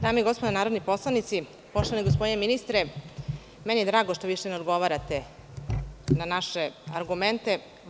Dame i gospodo narodni poslanici, poštovani gospodine ministre, meni je drago što više ne odgovarate na naše argumente.